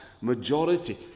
majority